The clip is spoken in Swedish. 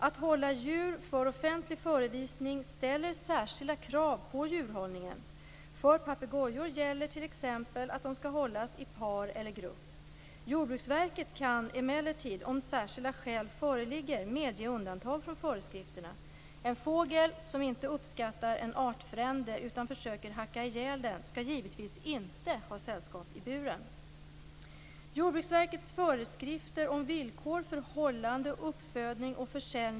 Att hålla djur för offentlig förevisning ställer särskilda krav på djurhållningen. För papegojor gäller t.ex. att de skall hållas i par eller grupp. Jordbruksverket kan emellertid, om särskilda skäl föreligger, medge undantag från föreskrifterna. En fågel som inte uppskattar en artfrände utan försöker hacka ihjäl den skall givetvis inte ha sällskap i buren.